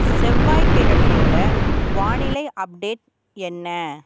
செவ்வாய் கிழமையோட வானிலை அப்டேட் என்ன